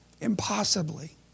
Impossibly